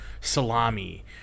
salami